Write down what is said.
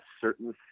certain